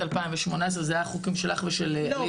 זה היה החוקים שלך ושל --- לא,